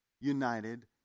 united